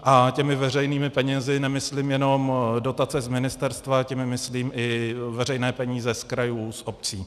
A těmi veřejnými penězi nemyslím jenom dotace z ministerstva, těmi myslím i veřejné peníze z krajů, z obcí.